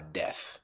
death